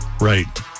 Right